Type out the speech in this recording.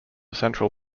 central